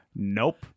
Nope